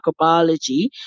microbiology